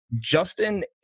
Justin